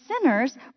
sinners